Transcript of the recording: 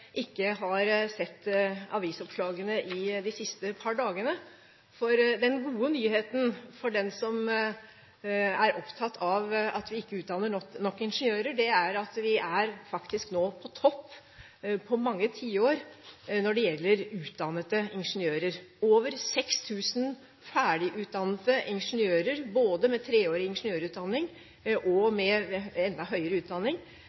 ikke har sett avisoppslagene de siste par dagene. For den gode nyheten for den som er opptatt av at vi ikke utdanner nok ingeniører, er at vi nå faktisk er på topp – på mange tiår – når det gjelder utdannede ingeniører. Over 6 000 ferdigutdannede ingeniører, både med treårig ingeniørutdanning og med enda høyere utdanning,